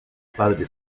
padre